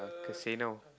casino